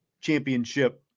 championship